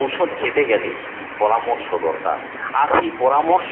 ঔষধ খেতে গেলে পরামর্শ দরকার আর সেই পরামর্শ